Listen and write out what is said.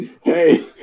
Hey